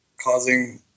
causing